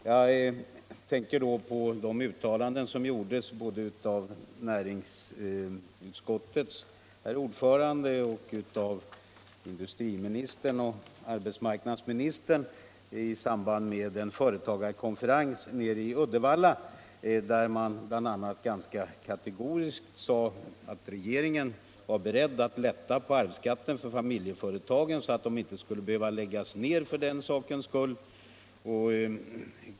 Jag tänker på uttalanden från näringsutskottets ordförande, industriministern och arbetsmarknadsministern i samband med en företagarkonferens i Uddevalla. Man sade bl.a. ganska kategoriskt att regeringen var beredd att lätta på arvsskatten för familjeföretagen så att dessa inte skulle behöva läggas ned för arvsskattens skull.